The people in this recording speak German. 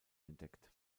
entdeckt